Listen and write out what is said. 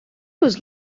was